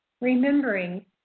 remembering